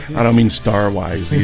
i don't mean star wise